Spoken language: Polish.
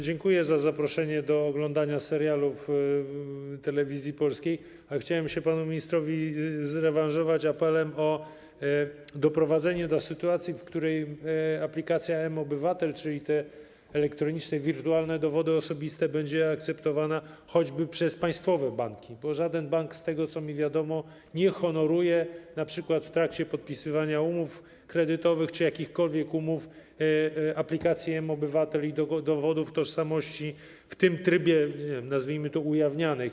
Dziękuję za zaproszenie do oglądania seriali w Telewizji Polskiej, ale chciałem się panu ministrowi zrewanżować apelem o doprowadzenie do sytuacji, w której aplikacja mObywatel, czyli te elektroniczne, wirtualne dowody osobiste, będzie akceptowana choćby przez państwowe banki, bo żaden bank, z tego, co mi wiadomo, nie honoruje np. w trakcie podpisywania umów kredytowych czy jakichkolwiek umów aplikacji mObywatel i dowodów tożsamości w tym trybie, nazwijmy to, ujawnianych.